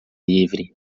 livre